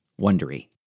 Wondery